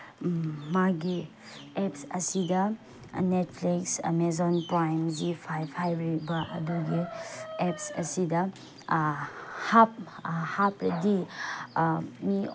ꯃꯥꯒꯤ ꯑꯦꯞꯁ ꯑꯁꯤꯗ Netflix Amazon Prime Zee five ꯍꯥꯏꯔꯤꯕ ꯑꯗꯨꯒꯤ ꯑꯦꯞꯁ ꯑꯁꯤꯗ ꯍꯥꯞꯂꯗꯤ ꯃꯤ